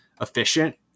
efficient